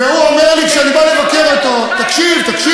והוא אומר לי, כשאני בא לבקר אותו, תקשיב,